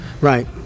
right